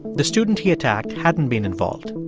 the student he attacked hadn't been involved.